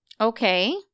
Okay